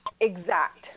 exact